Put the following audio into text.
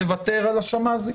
לוותר על השמ"זים.